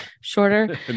shorter